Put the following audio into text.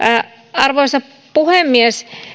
arvoisa puhemies